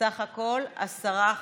מרב מיכאלי, בעד, אלחרומי,